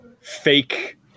fake